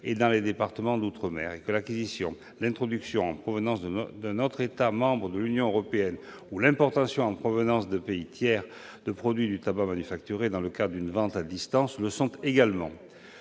et dans les départements d'outre-mer. Il en est de même de l'acquisition, de l'introduction en provenance d'un autre État membre de l'Union européenne ou de l'importation en provenance de pays tiers de produits du tabac manufacturé dans le cadre d'une vente à distance. Sur le